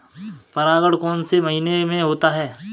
परागण कौन से महीने में होता है?